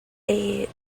est